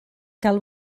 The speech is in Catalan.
cal